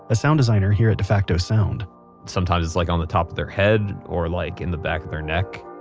a sound designer here at defacto sound sometimes it's like on the top of their head or on like and the back of their neck.